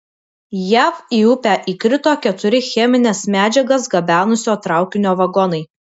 jav į upę įkrito keturi chemines medžiagas gabenusio traukinio vagonai